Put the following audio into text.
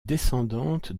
descendante